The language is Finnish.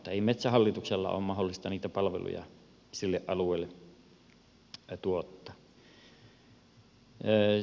ei metsähallituksen ole mahdollista niitä palveluja sille alueelle tuottaa